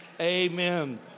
Amen